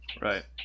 Right